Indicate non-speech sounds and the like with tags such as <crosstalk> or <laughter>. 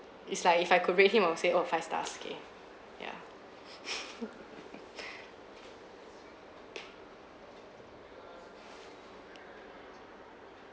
it's like if I could rate him I would say oh five stars okay yeah <laughs>